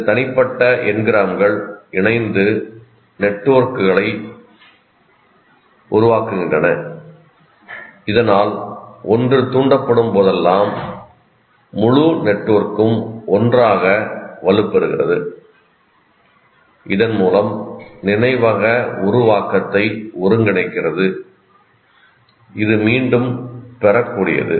இந்த தனிப்பட்ட என்க்ராம்கள் இணைந்துநெட்வொர்க்குகளை உருவாக்குகின்றன இதனால் ஒன்று தூண்டப்படும்போதெல்லாம் முழு நெட்வொர்க்கும் ஒன்றாக வலுப்பெறுகிறது இதன் மூலம் நினைவக உருவாக்கத்தை ஒருங்கிணைக்கிறது இது மீண்டும் பெறக்கூடியது